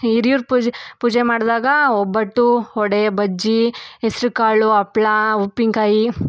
ಹಿರಿಯರ ಪೂಜೆ ಪೂಜೆ ಮಾಡಿದಾಗ ಒಬ್ಬಟ್ಟು ವಡೆ ಬಜ್ಜಿ ಹೆಸ್ರುಕಾಳು ಹಪ್ಳಾ ಉಪ್ಪಿನಕಾಯಿ